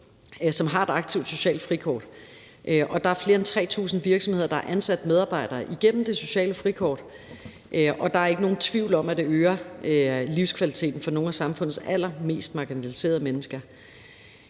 som har et aktivt socialt frikort, og der er flere end 3.000 virksomheder, der har ansat medarbejdere igennem det sociale frikort, og der er ikke nogen tvivl om, at det øger livskvaliteten for nogle af samfundets allermest marginaliserede mennesker.